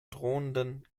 drohenden